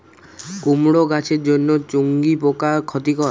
কুমড়ো গাছের জন্য চুঙ্গি পোকা ক্ষতিকর?